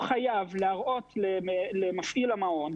חייב להראות למפעיל המעון,